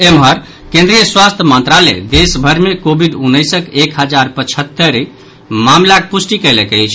एम्हर केन्द्रीय स्वास्थ्य मंत्रालय देशभरि मे कोविड उन्नैसक एक हजार पचहत्तरि मामिलाक पुष्टि कयलक अछि